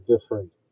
different